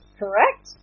correct